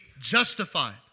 justified